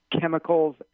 chemicals